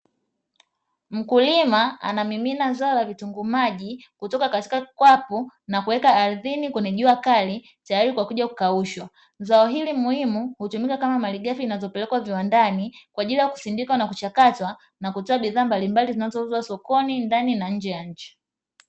Mkulima anamimina zao la vitunguu maji kutoka katika kapu na kuweka ardhini kwenye jua kali tayari kwa kuja kukaushwa, zao hili muhimu hutumika kama malighafi zinazopelekwa viwandani kwa ajili ya kusindikwa na kuchakatwa na kutoa bidhaa mbalimbali zinazouzwa sokoni ndani na nje ya nchi.